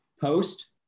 post